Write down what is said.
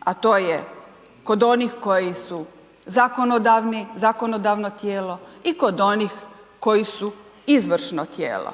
a to je kod onih koji su zakonodavni, zakonodavno tijelo i kod onih koji su izvršno tijelo.